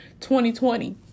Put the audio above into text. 2020